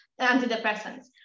antidepressants